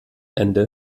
ende